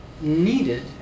needed